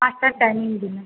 পাঁচটার টাইমিং দিলাম